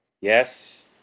Yes